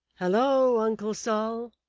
halloa, uncle sol